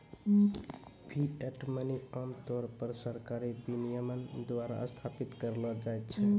fiat money आम तौर पर सरकारी विनियमन द्वारा स्थापित करलो जाय छै